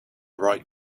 right